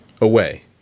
away